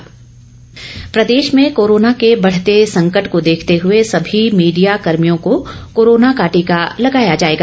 मुख्यमंत्री प्रदेश में कोरोना के बढ़ते संकट को देखते हुए सभी मीडिया कर्मियों को कोरोना का टीका लगाया जायेगा